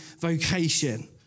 vocation